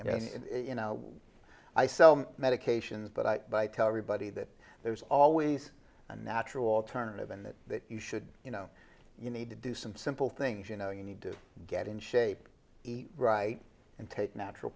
and you know i sell medications but i tell everybody that there is always a natural alternative and that you should you know you need to do some simple things you know you need to get in shape eat right and take natural